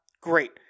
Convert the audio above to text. great